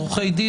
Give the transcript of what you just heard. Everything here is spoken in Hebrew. עורכי דין,